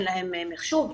אין להם מחשוב,